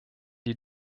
die